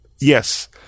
Yes